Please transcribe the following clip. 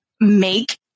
make